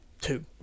two